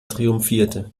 triumphierte